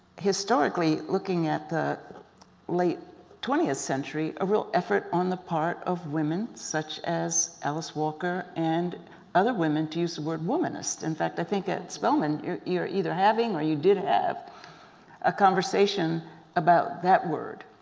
historically looking at the late twentieth century, a real effort on the part of women such as alice walker and other women to use the word womanist. in fact, i think at spelman, you're you're either having or you did have a conversation about that word.